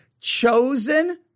chosen